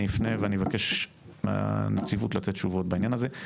אני אפנה ואני אבקש מהנציבות לתת תשובות בעניין הזה.